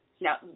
Now